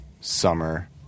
summer